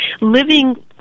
Living